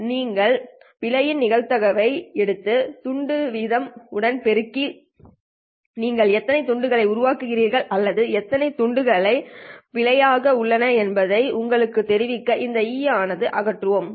எனவே நீங்கள் பிழையின் நிகழ்தகவை எடுத்து துண்டு வீதம் உடன் பெருக்கி நீங்கள் எத்தனை துண்டுகளை உருவாக்குகிறீர்கள் அல்லது எத்தனைதுண்டுகள் ஆனது பிழை ஆக உள்ளன என்பதை உங்களுக்குத் தெரிவிக்க இந்த E ஐ அகற்றுவோம்